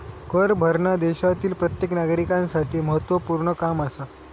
कर भरना देशातील प्रत्येक नागरिकांसाठी महत्वपूर्ण काम आसा